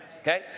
Okay